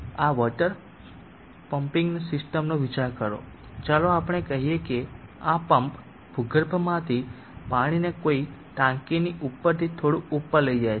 આ water pumping સિસ્ટમનો વિચાર કરો ચાલો આપણે કહી શકીએ કે આ પંપ આ ભૂગર્ભમાંથી પાણીને કોઈ ટાંકીની ઉપરથી થોડુંક ઉપર લઈ જાય છે